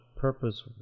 purpose